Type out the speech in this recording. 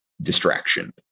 distraction